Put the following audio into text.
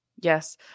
Yes